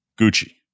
Gucci